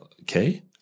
Okay